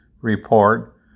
report